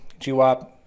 GWAP